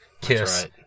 Kiss